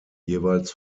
jeweils